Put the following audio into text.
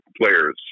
players